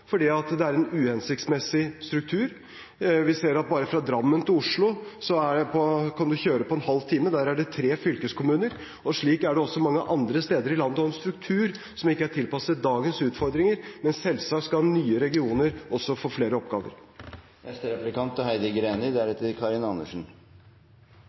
fordi det er en uhensiktsmessig struktur. Fra Drammen til Oslo kan man kjøre på en halv time, og bare der er det tre fylkeskommuner. Slik er det også mange andre steder i landet. En har en struktur som ikke er tilpasset dagens utfordringer. Selvsagt skal nye regioner også få flere oppgaver.